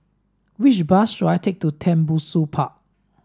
which bus should I take to Tembusu Park